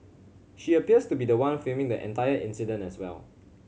she appears to be the one filming the entire incident as well